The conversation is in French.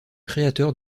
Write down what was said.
créateur